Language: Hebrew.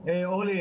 אורלי,